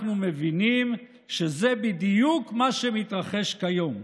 אנחנו מבינים שזה בדיוק מה שמתרחש כיום.